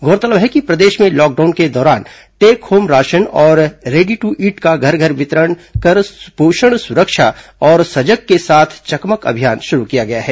गौरतलब है कि प्रदेश में लॉकडाउन के दौरान टेक होम राशन और रेडी टू ईंट का घर घर वितरण कर पोषण स्रक्षा और सजग के साथ चकमक अभियान श्रू किया गया है